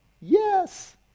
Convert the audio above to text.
Yes